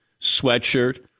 sweatshirt